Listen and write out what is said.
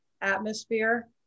atmosphere